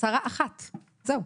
הצהרה אחת, זהו.